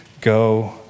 go